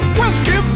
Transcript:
whiskey